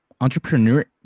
entrepreneur